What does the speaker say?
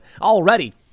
already